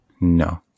No